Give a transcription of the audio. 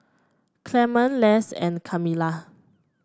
Clemon Les and Camila